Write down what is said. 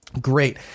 Great